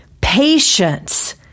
patience